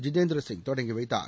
ஜிதேந்திர சிங் தொடங்கி வைத்தார்